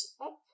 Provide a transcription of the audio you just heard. up